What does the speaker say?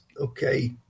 okay